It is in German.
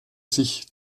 sich